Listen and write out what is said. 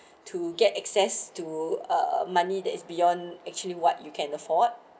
to get access to uh money that is beyond actually what you can afford